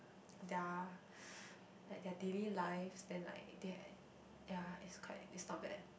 their like their daily lives then like they yeah it's quite it's not bad eh